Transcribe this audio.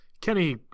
Kenny